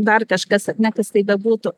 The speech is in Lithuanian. dar kažkas ar ne tas tai bebūtų